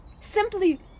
simply